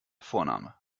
vorname